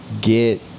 get